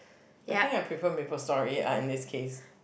I think I prefer Maplestory ah in this casse